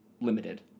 limited